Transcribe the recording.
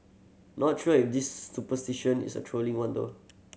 not sure if this superstition is a trolling one though